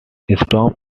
storms